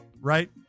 right